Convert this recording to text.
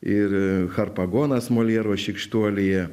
ir harpagonas moljero šykštuolyje